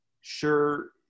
sure